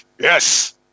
Yes